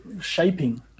shaping